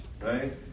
right